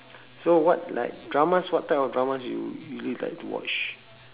so what like dramas what type of dramas you usually like to watch